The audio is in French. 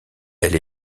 elle